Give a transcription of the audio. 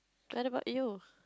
what about you